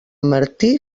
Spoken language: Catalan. martí